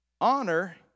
Honor